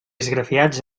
esgrafiats